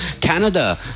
Canada